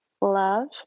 love